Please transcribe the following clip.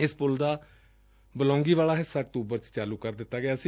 ਇਸ ਪੁਲ ਦਾ ਬਲੌਂਗੀ ਵਾਲਾ ਹਿੱਸਾ ਅਕੜੁਬਰ ਚ ਚਾਲੁ ਕਰ ਦਿੱਤਾ ਗਿਆ ਸੀ